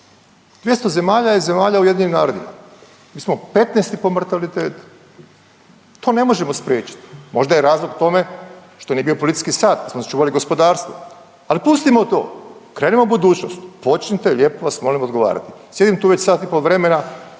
200 zemalja je zemalja u UN-u, mi smo 15-ti po mortalitetu, to ne možemo spriječiti. Možda je razlog tome što nije bio policijski sat, što smo čuvali gospodarstvo, ali pustimo to krenimo u budućnost. Počnite lijepo vas molim odgovarati. Sjedim tu već sat i po vremena,